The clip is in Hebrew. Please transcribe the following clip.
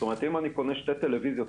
אם אני קונה שתי טלוויזיות,